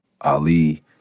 Ali